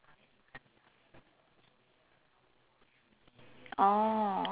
oh